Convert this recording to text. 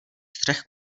střech